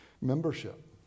Membership